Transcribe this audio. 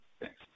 Thanks